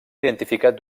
identificat